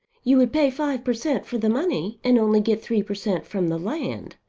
you would pay five per cent. for the money and only get three per cent. from the land.